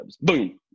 boom